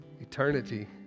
eternity